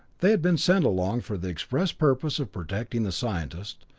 they had been sent along for the express purpose of protecting the scientists,